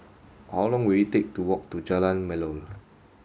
how long will it take to walk to Jalan Melor